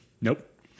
Nope